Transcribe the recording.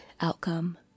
outcome